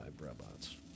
robots